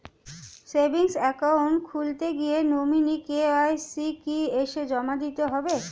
Savings account খুলতে গিয়ে nominee KYC কি এসে জমা দিতে হবে?